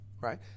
right